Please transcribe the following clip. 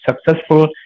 successful